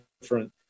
different